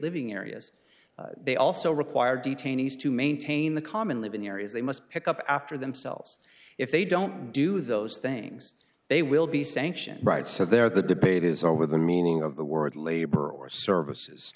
living areas they also require detainees to maintain the common live in areas they must pick up after themselves if they don't do those things they will be sanctioned right so they're the debate is over the meaning of the word labor or services